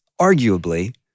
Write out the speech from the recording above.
arguably